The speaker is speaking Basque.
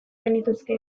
genituzke